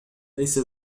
ليس